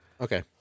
Okay